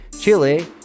Chile